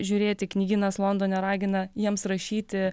žiūrėti knygynas londone ragina jiems rašyti